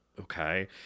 Okay